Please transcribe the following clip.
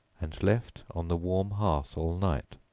and left on the warm hearth all night.